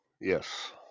yes